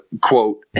quote